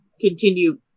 continue